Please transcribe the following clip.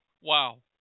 Wow